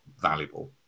valuable